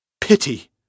pity